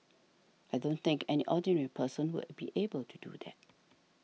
I don't think any ordinary person will be able to do that